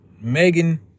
Megan